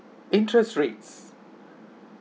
interest rates